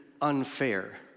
unfair